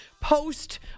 post